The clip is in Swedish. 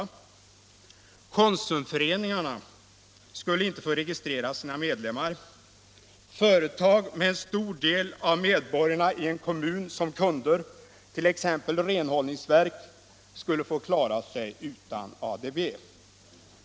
Konsumföreningarna skulle inte få registrera sina medlemmar. Företag med en stor del av medborgarna i en kommun som kunder, t.ex. renhållningsverk, skulle få klara sig utan ADB.